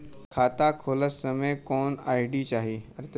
खाता खोलत समय कौन आई.डी चाही?